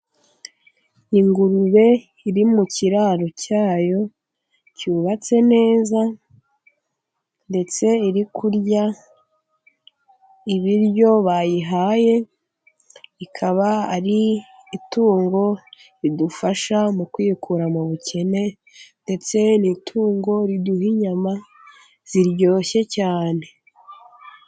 Ingurube iri mu kiraro cyayo cyubatse neza, ndetse irikurya ibiryo bayihaye ikaba ari itungo ridufasha mu kwikura mu bukene. Ndetse n'itungo riduha inyama ziryoshye cyane.